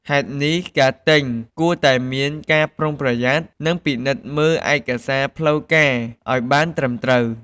ហេតុនេះ ការទិញគួរតែមានការប្រុងប្រយ័ត្ន និងពិនិត្យមើលឯកសារផ្លូវការឲ្យបានត្រឹមត្រូវ។